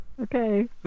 okay